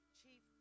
chief